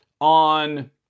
on